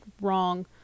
wrong